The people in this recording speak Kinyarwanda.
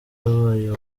wabaye